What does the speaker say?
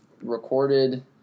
recorded